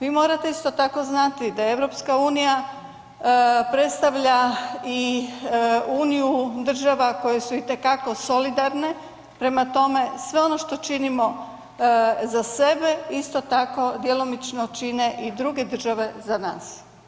Vi morate isto tako znati da EU predstavlja i uniju država koje su itekako solidarne, prema tome, sve ono što činimo za sebe, isto tako, djelomično čine i druge države za nas.